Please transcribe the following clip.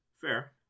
Fair